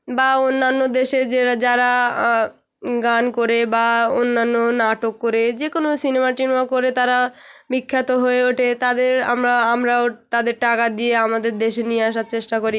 বা অন্যান্য দেশে যের যারা গান করে বা অন্যান্য নাটক করে যেকোনো সিনেমা টিনেমা করে তারা বিখ্যাত হয়ে ওঠে তাদের আমরা আমরাও তাদের টাকা দিয়ে আমাদের দেশে নিয়ে আসার চেষ্টা করি